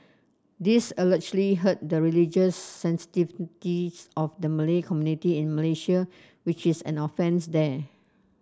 this allegedly hurt the religious sensitivities of the Malay community in Malaysia which is an offence there